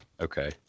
Okay